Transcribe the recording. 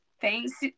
Thanks